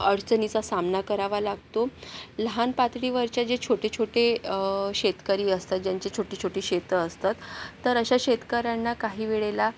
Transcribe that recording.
अडचणीचा सामना करावा लागतो लहान पातळीवरचे जे छोटेछोटे शेतकरी असतात ज्यांचे छोटी छोटी शेतं असतात तर अशा शेतकऱ्यांना काही वेळेला